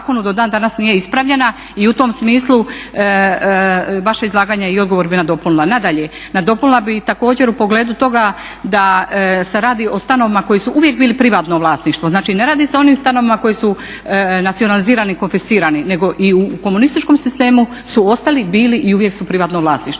do dan danas nije ispravljena i u tom smislu vaše izlaganje i odgovor bih nadopunila. Nadalje, nadopunila bih također u pogledu toga da se radi o stanovima koji su uvijek bili privatno vlasništvo. Znači, ne radi se o onim stanovima koji su nacionalizirani, konfiscirani, nego i u komunističkom sistemu su ostali bili i uvijek su privatno vlasništvo.